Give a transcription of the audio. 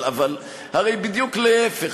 אבל הרי בדיוק להפך.